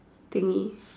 thingy